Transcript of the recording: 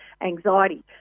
anxiety